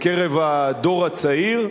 בקרב הדור הצעיר,